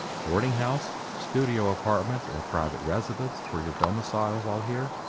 boarding house, studio apartment or private residence for your domicile while here?